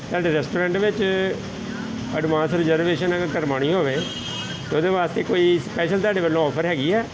ਤੁਹਾਡੇ ਰੈਸਟੋਰੈਂਟ ਵਿੱਚ advance reservation ਅਗਰ ਕਰਵਾਉਣੀ ਹੋਵੇ ਉਹਦੇ ਵਾਸਤੇ ਕੋਈ ਸਪੈਸ਼ਲ ਤੁਹਾਡੇ ਵੱਲੋਂ ਆਫਰ ਹੈਗੀ ਹੈ